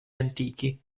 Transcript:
antichi